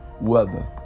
weather